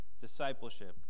Discipleship